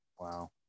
wow